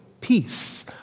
peace